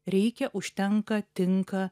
reikia užtenka tinka